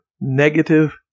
negative